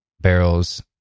barrels